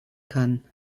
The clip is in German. kann